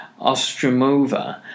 Ostromova